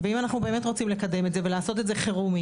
ואם אנחנו באמת רוצים לקדם את זה ולעשות את זה חירום,